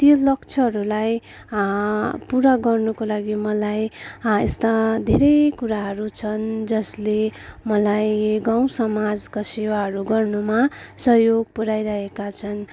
त्यो लक्ष्यहरूलाई पुरा गर्नुको लागि मलाई यस्ता धेरै कुराहरू छन् जसले मलाई गाउँसमाजको सेवाहरू गर्नुमा सहयोग पुर्याइरहेका छन्